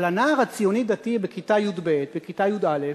אבל הנער הציוני-דתי בכיתה י"ב, בכיתה י"א,